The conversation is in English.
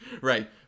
Right